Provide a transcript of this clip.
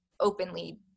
openly